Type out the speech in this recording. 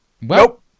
Nope